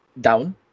down